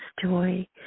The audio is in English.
joy